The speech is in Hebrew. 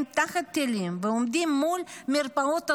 תחת טילים ועומדים מול המרפאות הסגורות,